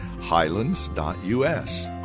highlands.us